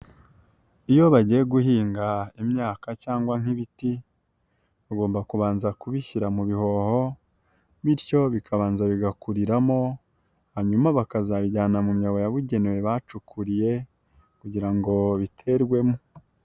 Iyo bagiye guhinga imyaka cyangwa nk'ibiti, ugomba kubanza kubishyira mu bihoho, bityo bikabanza bigakuriramo, hanyuma bakazabijyana mu myobo yabugenewe bacukuriye kugira ngo biterwemo.